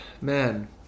man